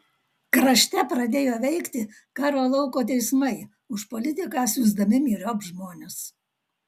krašte pradėjo veikti karo lauko teismai už politiką siųsdami myriop žmones